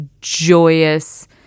joyous